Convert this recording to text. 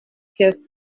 have